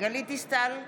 גלית דיסטל אטבריאן,